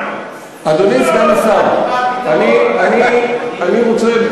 אני רוצה,